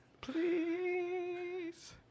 please